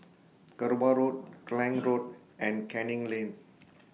Kerbau Road Klang Road and Canning Lane